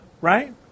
right